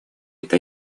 эта